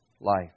life